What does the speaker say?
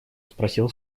спросил